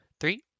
Three